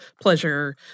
pleasure